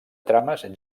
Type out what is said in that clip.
trames